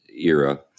era